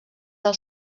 del